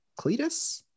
cletus